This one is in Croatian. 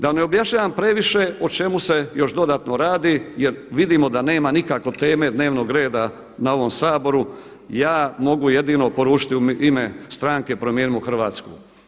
Da ne objašnjavam previše o čemu se još dodatno radi jer vidimo da nema nikako teme dnevnog reda na ovom Saboru, ja mogu jedino poručiti u ime stranke Promijenimo Hrvatsku.